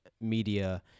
media